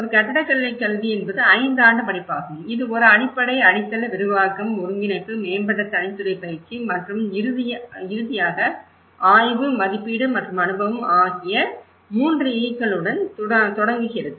ஒரு கட்டடக்கலை கல்வி என்பது 5 ஆண்டு படிப்பாகும் இது ஒரு அடிப்படை அடித்தள விரிவாக்கம் ஒருங்கிணைப்பு மேம்பட்ட தனித்துறைப்பயிற்சி மற்றும் இறுதியாக ஆய்வு மதிப்பீடு மற்றும் அனுபவம் ஆகிய 3 Eக்கள் உடன் தொடங்குகிறது